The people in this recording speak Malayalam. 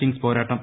കിങ്സ് പോരാട്ടം